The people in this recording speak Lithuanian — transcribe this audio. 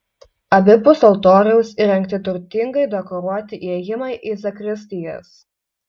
abipus altoriaus įrengti turtingai dekoruoti įėjimai į zakristijas